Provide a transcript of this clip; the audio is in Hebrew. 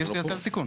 לא לפה.